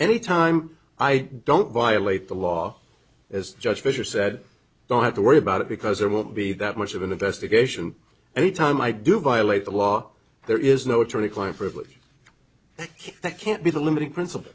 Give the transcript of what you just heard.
any time i don't violate the law as judge fisher said don't have to worry about it because there will be that much of an investigation any time i do violate the law there is no attorney client privilege that can't be the limiting princip